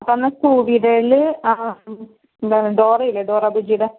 എന്നാൽ സ്കൂബി ഡേയിൽ ഡോ ഡോറ ഇല്ലേ ഡോറ ബുജ്ജിയുടെ